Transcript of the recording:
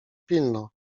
pilno